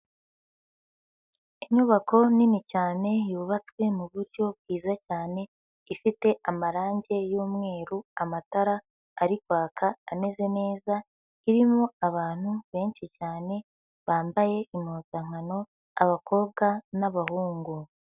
Inyubako nini cyane, yubatswe mu buryo bwiza cyane, ifite amarange y'umweru, amatara ari kwaka ameze neza, irimo abantu benshi cyane bambaye impuzankano, abakobwa n'abahungu.